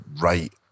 right